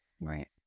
Right